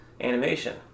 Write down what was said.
animation